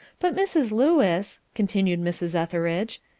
but, mrs. lewis, continued mrs. etheridge,